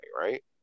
right